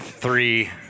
three